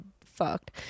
fucked